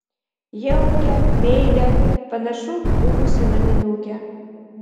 jaukią meilią panašu buvusią naminukę